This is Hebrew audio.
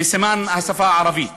בסימן השפה הערבית.